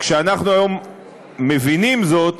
כשאנחנו היום מבינים זאת,